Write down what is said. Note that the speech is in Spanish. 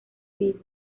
vivo